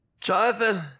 Jonathan